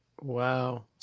Wow